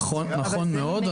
נכון מאוד,